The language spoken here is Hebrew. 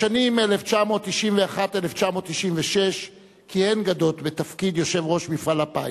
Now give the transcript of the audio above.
בשנים 1991 1996 כיהן גדות בתפקיד יושב-ראש מפעל הפיס.